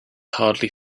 hardly